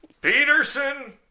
Peterson